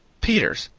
peters,